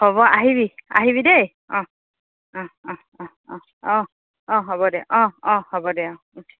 হ'ব আহিবি আহিবি দেই অঁ অঁ অঁ অঁ অঁ অঁ অঁ হ'ব দে অঁ অঁ হ'ব দে অঁ